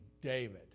David